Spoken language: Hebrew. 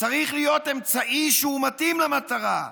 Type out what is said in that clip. צריך להיות אמצעי שהוא מתאים למטרה.